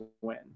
win